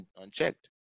unchecked